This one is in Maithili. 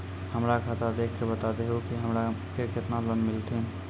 हमरा खाता देख के बता देहु के हमरा के केतना लोन मिलथिन?